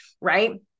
right